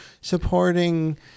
supporting